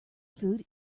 food